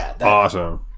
awesome